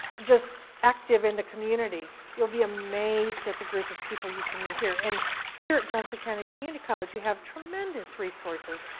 just active in the community. you'll be amazed at the group of people you can meet here. and here at johnson county community college, you have tremendous resources.